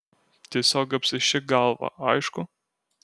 tiesiog apsišik galvą aišku